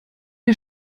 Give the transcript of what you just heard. mir